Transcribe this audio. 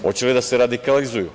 Hoće li da se radikalizuju?